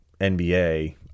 NBA